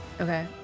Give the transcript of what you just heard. Okay